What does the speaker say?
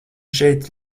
šeit